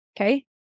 okay